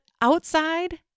outside